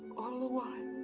all the while.